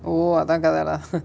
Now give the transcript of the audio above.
oh அதா கத:atha katha lah